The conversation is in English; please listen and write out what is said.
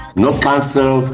not cancer, so